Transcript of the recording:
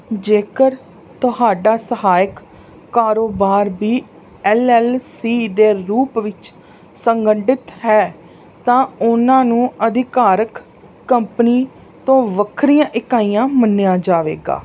ਜੇਕਰ ਤੁਹਾਡਾ ਸਹਾਇਕ ਕਾਰੋਬਾਰ ਵੀ ਐੱਲ ਐੱਲ ਸੀ ਦੇ ਰੂਪ ਵਿੱਚ ਸੰਗਠਿਤ ਹੈ ਤਾਂ ਉਹਨਾਂ ਨੂੰ ਅਧਿਕਾਰਕ ਕੰਪਨੀ ਤੋਂ ਵੱਖਰੀਆਂ ਇਕਾਈਆਂ ਮੰਨਿਆ ਜਾਵੇਗਾ